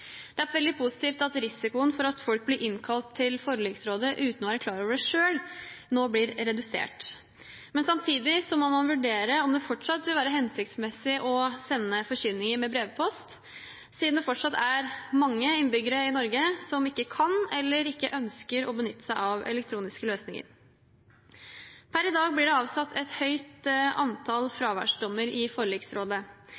Det er veldig positivt at risikoen for at folk blir innkalt til forliksrådet uten å være klar over det selv, nå blir redusert. Samtidig må man vurdere om det ikke fortsatt vil være hensiktsmessig å sende forkynninger med brevpost, siden det fortsatt er mange innbyggere i Norge som ikke kan eller ønsker å benytte seg av elektroniske løsninger. Per i dag blir det avsagt et høyt antall